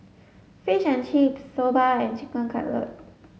Fish and Chips Soba and Chicken Cutlet